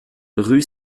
rue